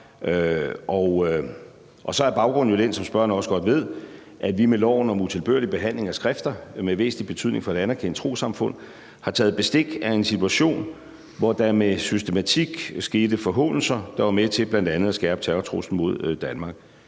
Så er baggrunden jo den, som spørgeren også godt ved, at vi med loven om utilbørlig behandling af skrifter med væsentlig betydning for et anerkendt trossamfund har taget bestik af en situation, hvor der med systematik skete forhånelser, der var med til bl.a. at skærpe terrortruslen mod Danmark.